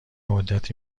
مدتی